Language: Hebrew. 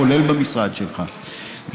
כולל במשרד שלך,